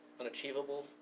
unachievable